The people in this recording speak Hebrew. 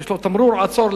יש לו תמרור עצור,